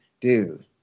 dude